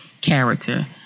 character